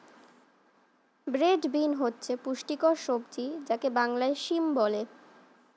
broad bean হচ্ছে পুষ্টিকর সবজি যাকে বাংলায় সিম বলে